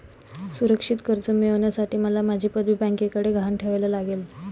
सुरक्षित कर्ज मिळवण्यासाठी मला माझी पदवी बँकेकडे गहाण ठेवायला लागेल